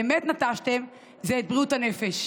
באמת נטשתם, זה את בריאות הנפש.